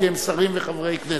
כי הם שרים וחברי כנסת.